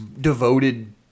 devoted